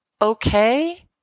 okay